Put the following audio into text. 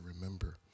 remember